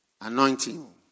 Anointing